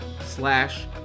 slash